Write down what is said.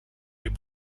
les